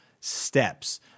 steps